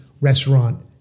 restaurant